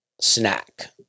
snack